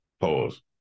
Pause